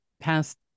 past